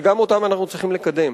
שגם אותם אנחנו צריכים לקדם.